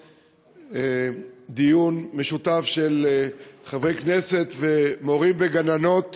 דיון משותף של חברי כנסת ומורים וגננות